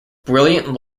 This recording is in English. brilliant